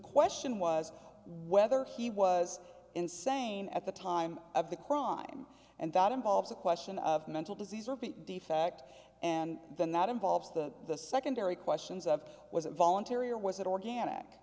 question was whether he was insane at the time of the crime and that involves a question of mental disease or defect and then that involves the the secondary questions of was it voluntary or was it organic